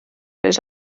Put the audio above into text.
les